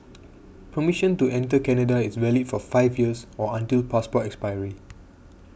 permission to enter Canada is valid for five years or until passport expiry